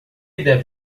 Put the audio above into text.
deve